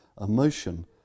emotion